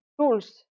tools